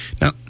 Now